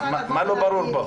מה לא ברור פה?